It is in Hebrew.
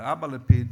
אבא לפיד,